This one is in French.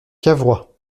cavrois